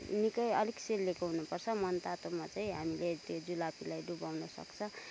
निकै अलिक सेलाएको हुनुपर्छ मनतातोमा चाहिँ हामीले त्यो जुलपीलाई डुबाउनु सक्छ